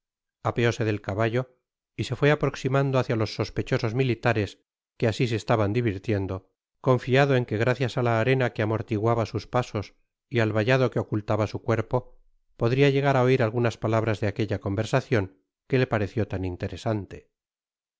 apeóse dei caballo y se fué aproximando hácia los sospechosos militares que asi se estaban divirtiendo confiado en que gracias á la arena que amortiguaba sus pasos y al vallado que ocultaba su cuerpo podria llegar á oir algunas palabras de aquella conversacion que le pareció tan'interesantei i